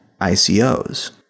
ICOs